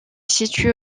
située